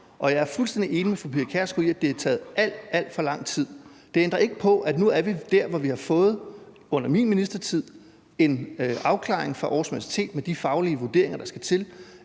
jeg er fuldstændig enig med fru Pia Kjærsgaard i, at det har taget alt, alt for lang tid. Det ændrer ikke på, at vi nu er der, hvor vi har fået, under min ministertid, en afklaring fra Aarhus Universitet med de faglige vurderinger, der skal til,